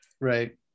Right